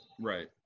Right